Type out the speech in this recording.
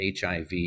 HIV